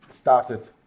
started